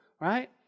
right